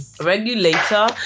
regulator